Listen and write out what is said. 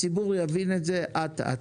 הציבור יבין את זה אט אט.